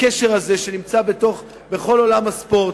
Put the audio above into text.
הקשר הזה שנמצא בכל עולם הספורט.